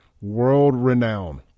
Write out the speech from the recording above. world-renowned